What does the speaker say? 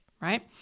right